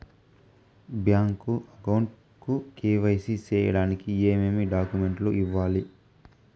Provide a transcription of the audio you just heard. Bank account కు KYC సేయడానికి ఏమేమి డాక్యుమెంట్ ఇవ్వాలి?